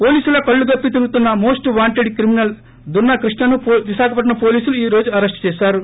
పోలీసుల కళ్లుగప్పి తిరుగుతున్న మోస్ట్ వాంటెడ్ క్రిమినల్ దున్న కృష్ణను విశాఖపట్నం పోలీసులు ఈ రోజు అరెస్ట్ చేశారు